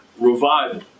revival